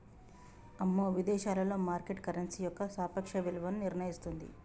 అమ్మో విదేశాలలో market currency యొక్క సాపేక్ష విలువను నిర్ణయిస్తుంది